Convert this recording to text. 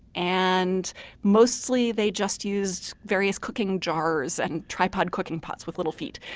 and mostly they just used various cooking jars and tripod cooking pots with little feet.